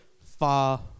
far